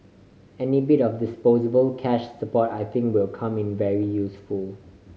any bit of disposable cash support I think will come in very useful